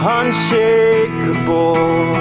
unshakable